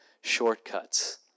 shortcuts